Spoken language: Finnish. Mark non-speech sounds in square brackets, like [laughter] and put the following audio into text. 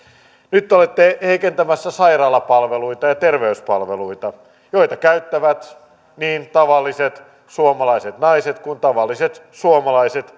nyt te olette heikentämässä sairaalapalveluita ja terveyspalveluita joita käyttävät niin tavalliset suomalaiset naiset kuin tavalliset suomalaiset [unintelligible]